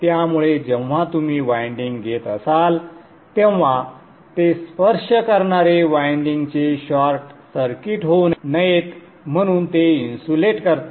त्यामुळे जेव्हा तुम्ही वायंडिंग घेत असाल तेव्हा ते स्पर्श करणारे वायंडिंगचे शॉर्ट सर्किट होऊ नयेत म्हणून ते इन्सुलेट करतात